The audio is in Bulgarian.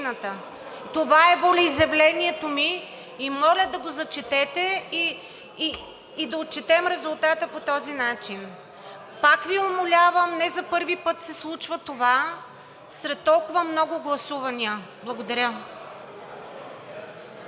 това е волеизявлението ми и моля да го зачетете и да отчетем резултата по този начин – пак Ви умолявам. Не за първи път се случва това сред толкова много гласувания. Благодаря.